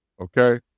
Okay